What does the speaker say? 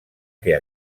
que